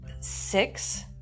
six